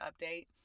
update